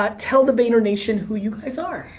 um tell the vayner nation who you guys are?